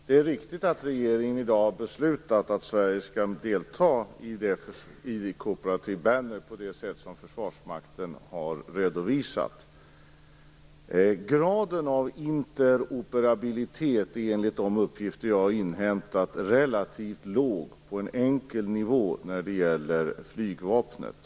Fru talman! Det är riktigt att regeringen i dag har beslutat att Sverige skall delta i Cooperative Banners på det sätt som Försvarsmakten har redovisat. Graden av interoperabilitet är enligt de uppgifter jag har inhämtat relativt låg och på en enkel nivå när det gäller flygvapnet.